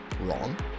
wrong